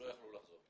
ולא יכלו לחזור.